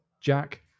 Jack